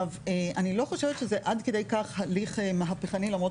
אני לא חושבת שזה עד כדי כך הליך מהפכני למרות